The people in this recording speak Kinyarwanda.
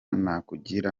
nakugira